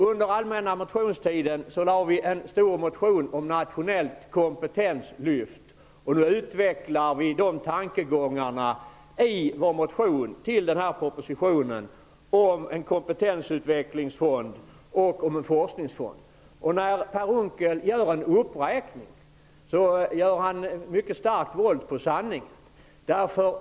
Under allmänna motionstiden väckte vi en stor motion om nationellt kompetenslyft, och nu utvecklar vi de tankegångarna i vår motion med anledning av den här propositionen, om en kompetensutvecklingsfond och en forskningsfond. Per Unckel gör i sin uppräkning mycket starkt våld på sanningen.